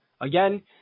Again